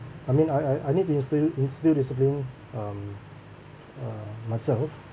I mean I I I need to instill instill discipline um uh myself